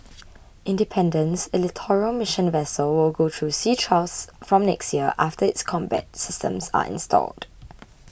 independence a littoral mission vessel will go through sea trials from next year after its combat systems are installed